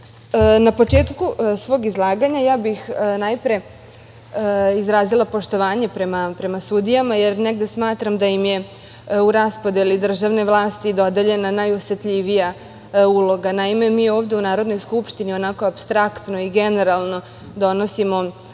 početku svog izlaganja najpre bih izrazila poštovanje prema sudijama, jer negde smatram da im je u raspodeli državne vlasti dodeljena najosetljivija uloga. Naime, mi ovde u Narodnoj skupštini, onako apstraktno i generalno, donosimo